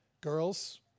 Girls